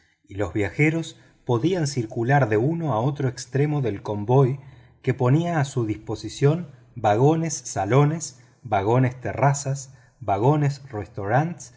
y los viajeros podían circular de uno a otro extremo del convoy que ponía a su disposición vagones cafés no faltaban mas que vagones